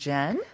Jen